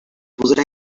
podrà